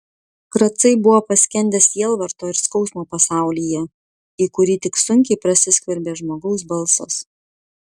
kracai buvo paskendę sielvarto ir skausmo pasaulyje į kurį tik sunkiai prasiskverbė žmogaus balsas